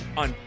on